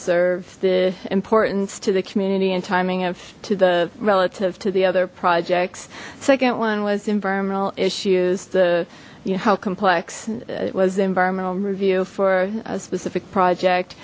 served the importance to the community and timing of to the relative to the other projects second one was environmental issues the you know how complex it was the environmental review for a specific project